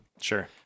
sure